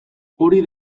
hori